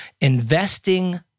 investing